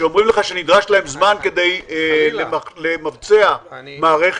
שאומרים לך שנדרש להם זמן כדי למבצע מערכת.